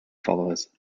followers